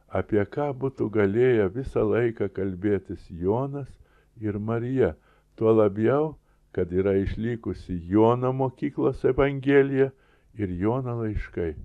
apie ką būtų galėję visą laiką kalbėtis jonas ir marija tuo labiau kad yra išlikusi jono mokyklos evangelija ir jono laiškai